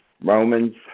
Romans